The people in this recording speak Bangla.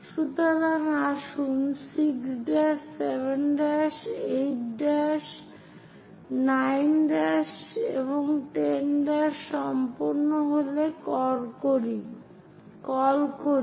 সুতরাং আসুন 6 ' 7' 8 ' 9 10' সম্পন্ন হলে কল করি